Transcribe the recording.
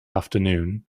afternoon